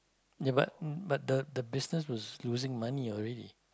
ya but but the the business was losing money already